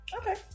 Okay